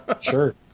Sure